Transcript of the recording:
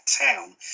town